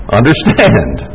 understand